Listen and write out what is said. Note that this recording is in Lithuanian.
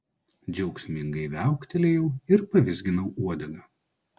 džiaugsmingai viauktelėjau ir pavizginau uodegą